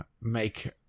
make